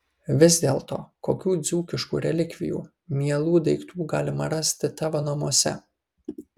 vis dėlto kokių dzūkiškų relikvijų mielų daiktų galima rasti tavo namuose